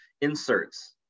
inserts